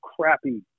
crappy